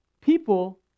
people